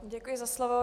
Děkuji za slovo.